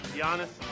Giannis